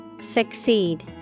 Succeed